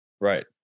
right